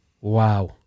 Wow